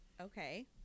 Okay